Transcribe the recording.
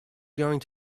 going